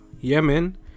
yemen